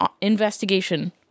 investigation